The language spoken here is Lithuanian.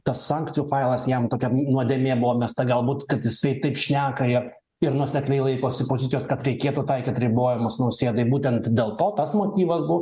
tas sankcijų failas jam tokia nuodėmė buvo mesta galbūt kad jisai taip šneka ir nuosekliai laikosi pozicijos kad reikėtų taikyti ribojimus nausėdai būtent dėl to tas motyvas buvo